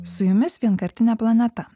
su jumis vienkartinė planeta